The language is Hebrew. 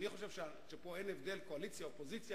אני חושב שפה אין הבדל בין קואליציה לאופוזיציה,